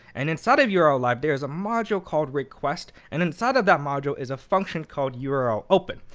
and inside of yeah url lib, there is a module called request, and inside of that module is a function called yeah url open.